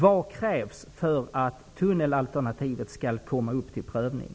Vad krävs, Olof Johansson, för att tunnelalternativet skall komma upp till prövning?